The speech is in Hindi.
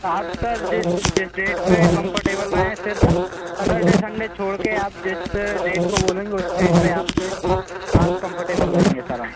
आप सर जिस जिस डेट पर कंफर्टेबल रहें सिर्फ़ सटरडे संडे छोड़ कर आप जिस डेट को बोलेंगे उस डेट पर आपसे आप कंफर्टेबल रहेंगे सर हम